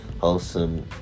Wholesome